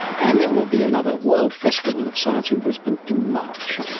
and there will be another world festival of science in brisbane in march.